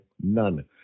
None